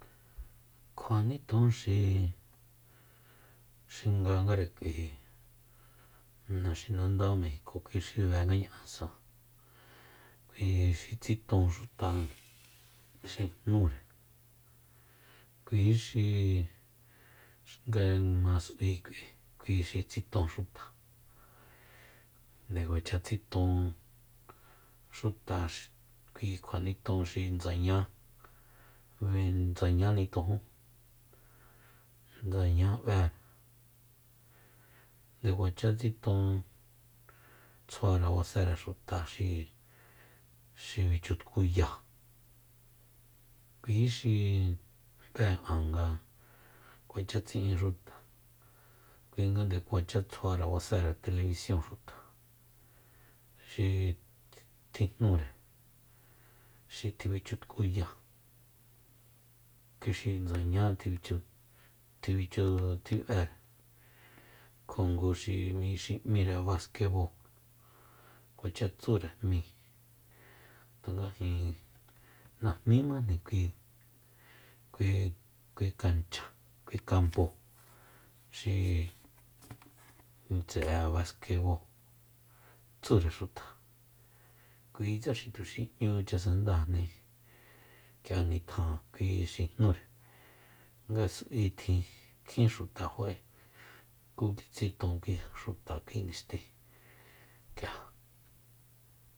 Kjua niton xi- xi ngangare k'ui naxinanda mejiko kui xi bengaña'asa kui xi tsiton xuta xi jnure kui xi nga ma s'ui k'ui kui xi tsiton xuta nde kuacha tsiton xuta kui kja niton xi nsdaña- ndsaña nitojun ndsaña b'ere nde kuacha tsiton tsjuare basere xuta xi- xi bichtkuya kui xi be'an nga kuach tsi'in xuta kuinga nde kuacha tsjuare base television xuta xi tjijnure xi tjibichutkuya kui xi ndsaña tjibichi- tjibich tjib'ere kjo ngu xi m'ire baskebo kuacha tsure jmí tanga jin najmimajni kui- kui- kui kancha kui kampo xi tse'e baskebo tsure xuta kuitse xi tuxi 'ñu chasendajni k'ia nitjan kui xi jnure nga s'ui tjin kjin xuta fa'e ku tsiton kui xuta kui nistí k'ia